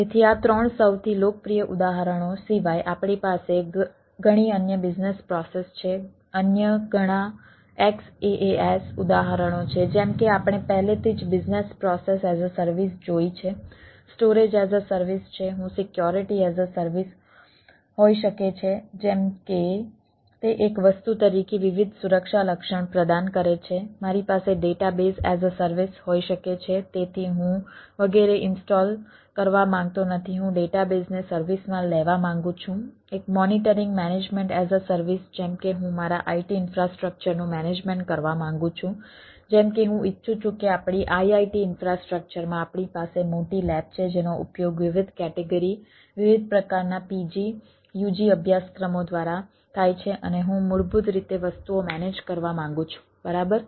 તેથી આ ત્રણ સૌથી લોકપ્રિય ઉદાહરણો સિવાય આપણી પાસે ઘણી અન્ય બિઝનેસ પ્રોસેસ છે અન્ય ઘણા XaaS ઉદાહરણો છે જેમ કે આપણે પહેલેથી જ business process as a service જોઈ છે સ્ટોરેજ એઝ અ સર્વિસ વિવિધ પ્રકારના PG UG અભ્યાસક્રમો દ્વારા થાય છે અને હું મૂળભૂત રીતે વસ્તુઓ મેનેજ કરવા માંગું છું બરાબર